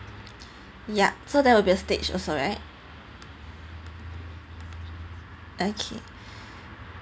yup so there will be a stage also right okay